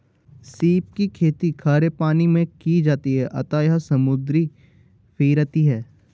सीप की खेती खारे पानी मैं की जाती है अतः यह समुद्री फिरती है